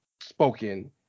spoken